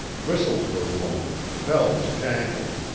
whistles were blown, bells jangled,